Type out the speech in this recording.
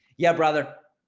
yeah, brother.